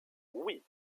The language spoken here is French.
oui